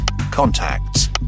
contacts